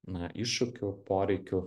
na iššūkių poreikių